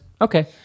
Okay